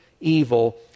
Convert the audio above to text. evil